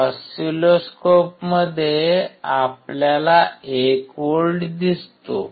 ऑसिलोस्कोपमध्ये आपल्याला 1 व्होल्ट दिसतो